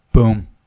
Boom